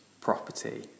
property